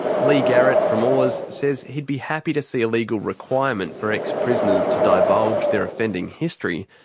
leigh garrett from oars says he'd be happy to see a legal requirement for ex-prisoners to divulge their offending history,